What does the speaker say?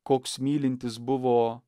koks mylintis buvo